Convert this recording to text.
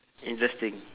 interesting